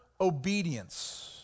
obedience